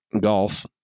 golf